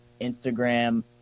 Instagram